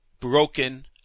broken